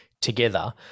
together